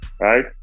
right